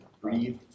breathe